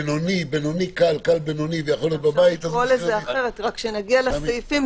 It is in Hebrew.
בינוני ויכול להיות בבית- -- כשנגיע לסעיפים,